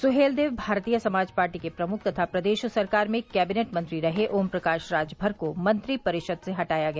Suheldev Bharatiya Samaj party के प्रमुख तथा प्रदेश सरकार में कैबिनेट मंत्री रहे ओम प्रकाश राजभर को मंत्रिपरिषद से हटाया गया